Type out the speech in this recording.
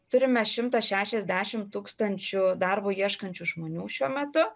turime šimtą šešiasdešim tūkstančių darbo ieškančių žmonių šiuo metu